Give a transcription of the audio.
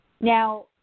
Now